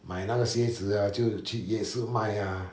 买那个鞋子 liao 就去夜市卖 ah